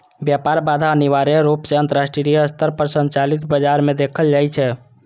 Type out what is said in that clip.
व्यापार बाधा अनिवार्य रूप सं अंतरराष्ट्रीय स्तर पर संचालित बाजार मे देखल जाइ छै